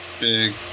big